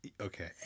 Okay